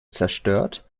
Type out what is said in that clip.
zerstört